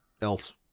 else